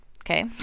okay